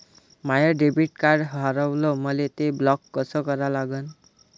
माय debit card हारवलं, मले ते ब्लॉक कस करा लागन?